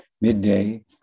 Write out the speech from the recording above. midday